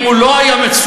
אם הוא לא היה מצולם,